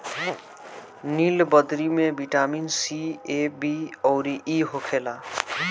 नीलबदरी में vitamin C, A, B अउरी इ होखेला